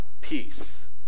peace